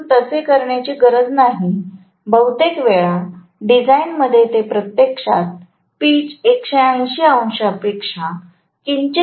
परंतु तसे करण्याची गरज नाही बहुतेक वेळा डिझाइनमध्ये ते प्रत्यक्षात पीच 180 अंशांपेक्षा किंचित कमी करण्याचा प्रयत्न करतात